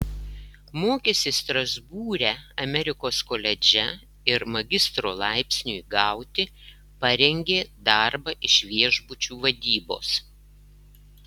mokėsi strasbūre amerikos koledže ir magistro laipsniui gauti parengė darbą iš viešbučių vadybos